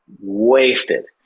wasted